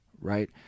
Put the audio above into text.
right